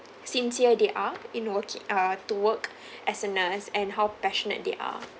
sincere they are in working uh to work as a nurse and how passionate they are